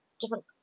Different